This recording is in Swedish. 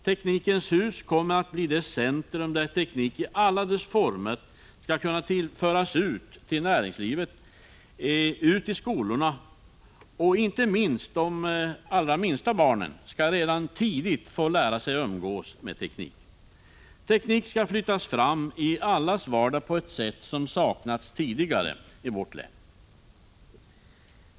Teknikens hus kommer att bli det centrum där teknik i alla dess former skall kunna föras ut till näringslivet och till skolorna. Och inte minst de allra minsta barnen skall redan tidigt få lära sig att umgås med teknik. Teknik skall flyttas fram i allas vardag på ett sätt som saknats tidigare i vårt län.